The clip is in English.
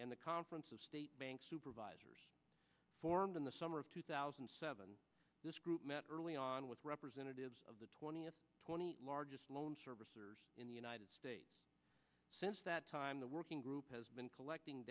and the conference of state bank supervisors formed in the summer of two thousand and seven this group met early on with representatives of the twentieth twenty largest loan servicers in the united states since that time the working group has been collecting